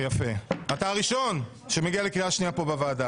אתה הראשון שמגיע לקריאה שנייה פה בוועדה.